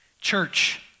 church